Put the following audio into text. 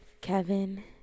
Kevin